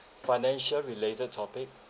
financial related topic